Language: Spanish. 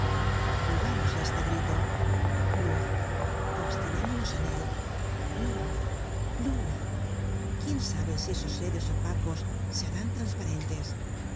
volvamos á este grito luz obstinémonos en él luz luz quién sabe si esos seres opacos se harán trasparentes